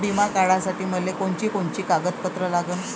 बिमा काढासाठी मले कोनची कोनची कागदपत्र लागन?